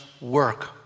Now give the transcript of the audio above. work